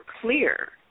clear